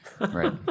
Right